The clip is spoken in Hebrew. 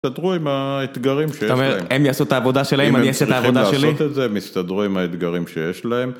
תסתדרו עם האתגרים שיש להם. זאת אומרת, הם יעשו את העבודה שלהם, אני אעשה את העבודה שלי? אם הם צריכים לעשות את זה, הם יסתדרו עם האתגרים שיש להם